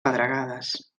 pedregades